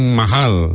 mahal